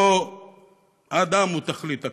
שבו האדם הוא תכלית הכול,